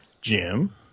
Jim